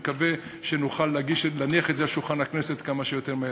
אנחנו נקווה שנוכל להניח על שולחן הכנסת כמה שיותר מהר.